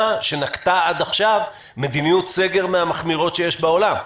שנקטה עד עכשיו מדיניות סגר מן המחמירות שיש בעולם.